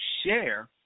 share